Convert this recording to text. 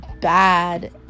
bad